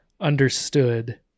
understood